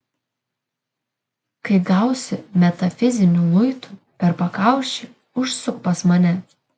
kai gausi metafiziniu luitu per pakaušį užsuk pas mane